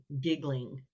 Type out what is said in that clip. giggling